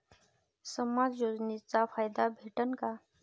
समाज योजनेचा फायदा भेटन का?